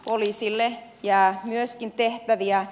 poliisille jää myöskin tehtäviä